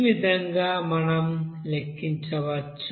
ఈ విధంగా మనం లెక్కించవచ్చు